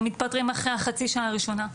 הם מתפטרים אחרי החצי שעה ראשונה.